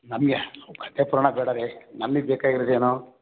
ನಮಗೆ ಕಥೆ ಪುರಾಣ ಬೇಡ ರೀ ನಮಗೆ ಬೇಕಾಗಿರದು ಏನು